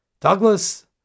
Douglas